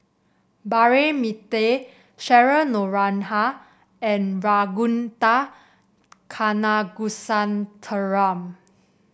Braema Mathi Cheryl Noronha and Ragunathar Kanagasuntheram